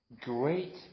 great